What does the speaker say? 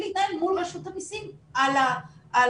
להתנהל מול רשות המסים על הפיצויים.